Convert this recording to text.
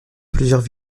plusieurs